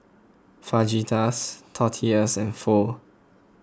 Fajitas Tortillas and Pho